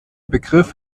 begriff